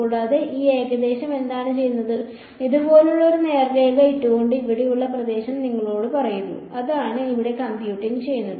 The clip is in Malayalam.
കൂടാതെ ഈ ഏകദേശം എന്താണ് ചെയ്യുന്നത് ഇത് ഇതുപോലെ ഒരു നേർരേഖ ഇട്ടുകൊണ്ട് ഇവിടെയുള്ള പ്രദേശം നിങ്ങളോട് പറയുന്നു അതാണ് ഇവിടെ കമ്പ്യൂട്ടിംഗ് ചെയ്യുന്നത്